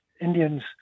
Indians